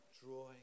drawing